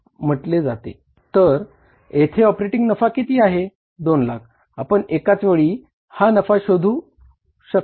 तर येथे ऑपरेटिंग नफा किती आहे 2 लाख आपण एकाच वेळी हा नफा कसा शोधू शकता